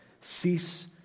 cease